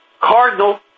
Cardinal